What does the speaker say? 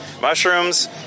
mushrooms